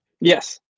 Yes